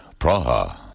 Praha